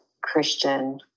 Christian